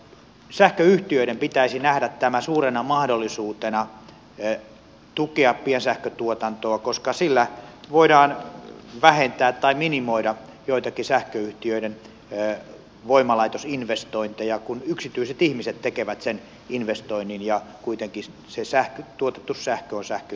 sähköyhtiöiden pitäisi nähdä tämä suurena mahdollisuutena tukea piensähkötuotantoa koska sillä voidaan vähentää tai minimoida joitakin sähköyhtiöiden voimalaitosinvestointeja kun yksityiset ihmiset tekevät sen investoinnin ja kuitenkin se tuotettu sähkö on sähköyhtiöiden myytävänä